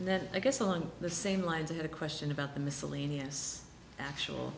and then i guess on the same lines i had a question about the miscellaneous actual